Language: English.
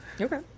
Okay